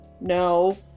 no